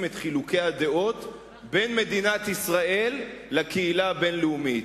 את חילוקי הדעות בין מדינת ישראל לקהילה הבין-לאומית.